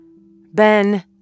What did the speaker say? Ben